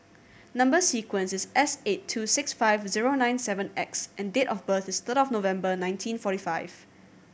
number sequence is S eight two six five zero nine seven X and date of birth is third of November nineteen forty five